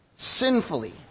sinfully